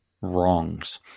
wrongs